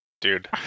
Dude